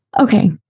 Okay